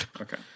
okay